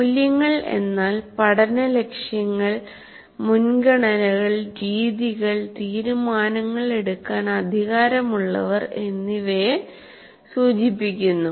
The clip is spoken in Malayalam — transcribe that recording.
മൂല്യങ്ങൾ എന്നാൽ പഠന ലക്ഷ്യങ്ങൾ മുൻഗണനകൾ രീതികൾ തീരുമാനങ്ങൾ എടുക്കാൻ അധികാരമുള്ളവർ എന്നിവയെ സൂചിപ്പിക്കുന്നു